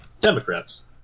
Democrats